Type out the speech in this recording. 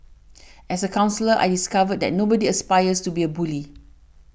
as a counsellor I discovered that nobody aspires to be a bully